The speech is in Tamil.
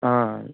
ஆ